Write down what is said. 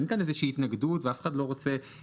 אין כאן איזושהי התנגדות ואף אחד לא רוצה